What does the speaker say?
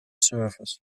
service